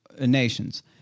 nations